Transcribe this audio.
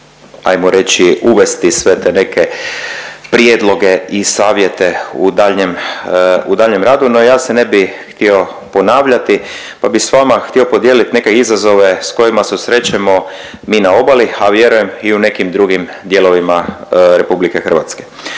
ajmo reći uvesti sve te neke prijedloge i savjete u daljnjem, u daljnjem radu no ja se ne bih htio ponavljati pa bi s vama htio podijeliti neke izazove s kojima se susrećemo mi na obali, a vjerujem i u nekim drugim dijelovima RH. Dakle,